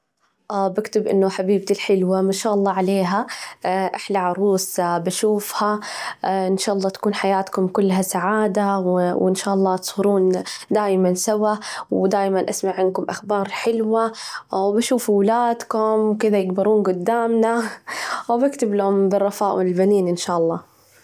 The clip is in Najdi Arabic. بكتب إنه حبيبتي الحلوة، ما شاء الله عليها، أحلى عروس بشوفها، إن شاء الله تكون حياتكم كلها سعادة، وإن شاء الله تصيرون دايماً سوا ودايماً أسمع عنكم أخبار حلوة، بشوف ولادكم وكده يكبرون جدامنا، وبكتب لهم: بالرفاء والبنين، إن شاء الله.